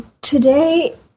today